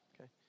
okay